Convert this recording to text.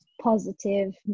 positive